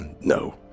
No